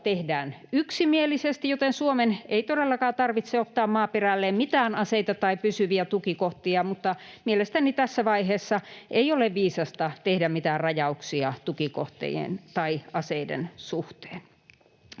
tehdään yksimielisesti, joten Suomen ei todellakaan tarvitse ottaa maaperälleen mitään aseita tai pysyviä tukikohtia, mutta mielestäni tässä vaiheessa ei ole viisasta tehdä mitään rajauksia tukikohtien tai aseiden suhteen.